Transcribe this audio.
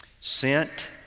Sent